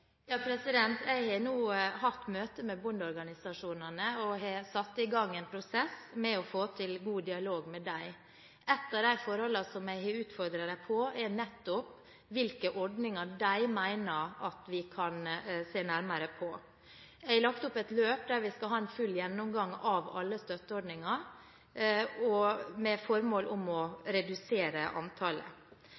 Jeg har nå hatt møte med bondeorganisasjonene og satt i gang en prosess med å få til god dialog med dem. Ett av de forholdene jeg har utfordret dem på, er nettopp hvilke ordninger de mener at vi kan se nærmere på. Jeg har lagt opp et løp der vi skal ha en full gjennomgang av alle støtteordninger, med det formål å